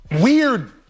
weird